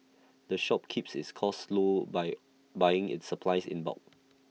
the shop keeps its costs low by buying its supplies in bulk